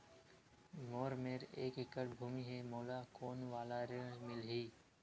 मोर मेर एक एकड़ भुमि हे मोला कोन वाला ऋण मिलही?